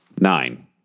Nine